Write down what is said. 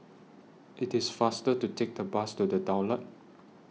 IT IS faster to Take The Bus to The Daulat